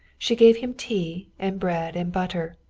she gave him tea and bread and butter,